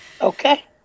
Okay